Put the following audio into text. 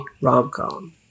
rom-com